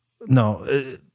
No